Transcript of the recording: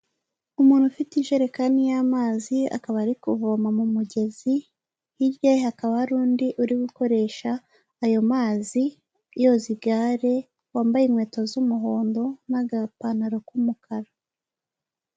Umuntu ufite ijerekani y'amazi akaba ari kuvoma mu mugezi, hirya hakaba har’undi uri gukoresha ayo mazi yoza igare wambaye inkweto z'umuhondo n'agapantaro k'umukara.